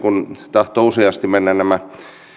tahtoo useasti mennä nämä